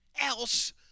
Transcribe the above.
else